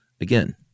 again